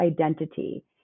identity